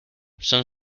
son